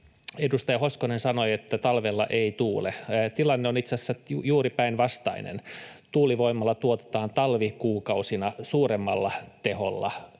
Edustaja Hoskonen sanoi, että talvella ei tuule. Tilanne on itse asiassa juuri päinvastainen: tuulivoimalla tuotetaan talvikuukausina suuremmalla teholla